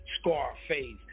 Scarface